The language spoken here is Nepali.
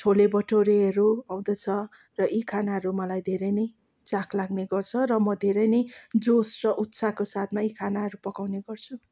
छोले भटोरेहरू आउँदछ र यी खानाहरू मलाई धेरै नै चाख लाग्ने गर्छ र म धेरै नै जोस र उत्साहको साथमा यी खानाहरू पकाउने गर्छु